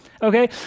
Okay